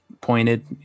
pointed